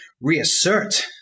reassert